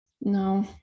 No